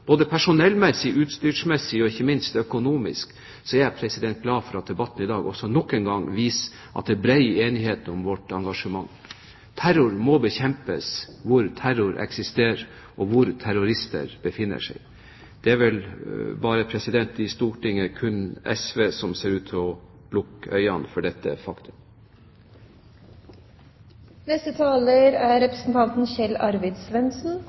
både personellmessig, utstyrsmessig og ikke minst økonomisk, er jeg glad for at debatten i dag nok en gang viser at det er bred enighet om vårt engasjement. Terror må bekjempes hvor terror eksisterer, og hvor terrorister befinner seg. I Stortinget er det vel kun SV som ser ut til å lukke øynene for dette faktum. Det er